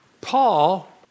Paul